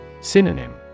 synonym